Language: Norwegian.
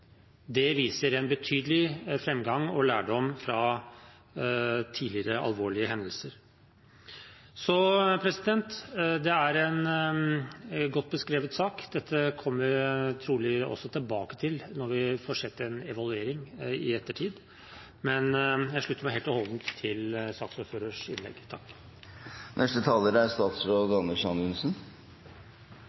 viser en betydelig framgang og lærdom fra tidligere alvorlige hendelser. Så det er en godt beskrevet sak. Dette kommer vi trolig også tilbake til når vi får sett en evaluering i ettertid, men jeg slutter meg helt og holdent til saksordførerens innlegg.